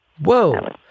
Whoa